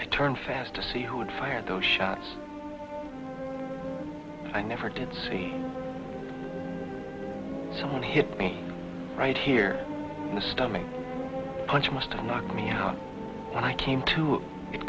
i turned fast to see who had fired those shots i never did see someone hit me right here in the stomach punch must have knocked me out when i came to